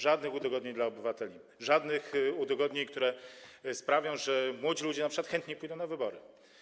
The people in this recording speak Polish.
Żadnych udogodnień dla obywateli, żadnych udogodnień, które sprawią, że młodzi ludzie np. chętniej pójdą na wybory.